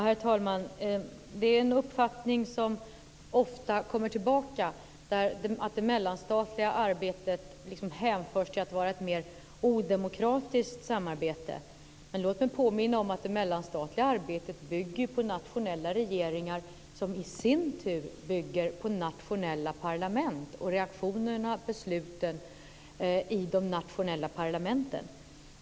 Herr talman! Det är en uppfattning som ofta kommer tillbaka att det mellanstatliga arbetet är ett mer odemokratiskt samarbete. Låt mig påminna om att det mellanstatliga arbetet bygger på nationella regeringar som i sin tur bygger på nationella parlament och reaktionerna och besluten i de nationella parlamenten.